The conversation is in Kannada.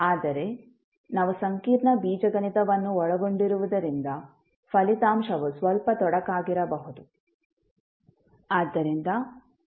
ಆದರೆ ನಾವು ಸಂಕೀರ್ಣ ಬೀಜಗಣಿತವನ್ನು ಒಳಗೊಂಡಿರುವುದರಿಂದ ಫಲಿತಾಂಶವು ಸ್ವಲ್ಪ ತೊಡಕಾಗಿರಬಹುದು